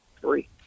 three